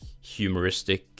humoristic